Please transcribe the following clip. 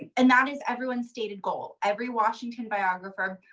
and that is everyone's stated goal, every washington biographer.